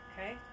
Okay